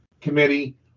Committee